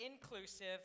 inclusive